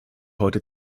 heute